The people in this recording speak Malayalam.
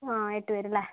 ആ ആയിട്ട് വരും അല്ലേ